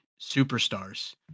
superstars